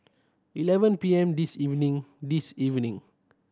eleven P M this evening this evening